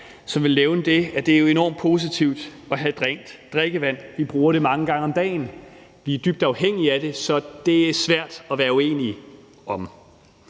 har villet nævne det, at det jo er enormt positivt at have rent drikkevand. Vi bruger det mange gange om dagen, vi er dybt afhængige af det, så det er svært at være uenige om.